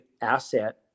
asset